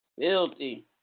filthy